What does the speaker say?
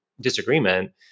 disagreement